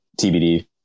TBD